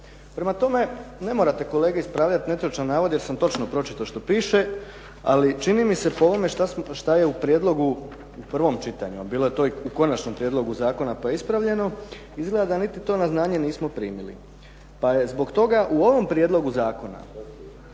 Prema tome, ne morate kolege ispravljati netočan navod jer sam točno pročitao što piše ali čini mi se po ovom šta je u prijedlogu u prvom čitanju, bilo je to i u konačnom prijedlogu zakona pa je ispravljeno. Izgleda da to na znanje niti nismo primili pa je zbog toga u ovom prijedlogu zakona